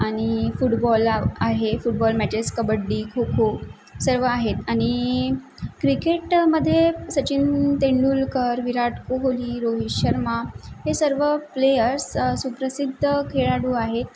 आणि फुटबॉल आहे football matches kabaddi kho kho सर्व आहेत आणि क्रिकेटमध्ये सचिन तेंडुलकर विराट कोहली रोहित शर्मा हे सर्व प्लेयर्स सुप्रसिद्ध खेळाडू आहेत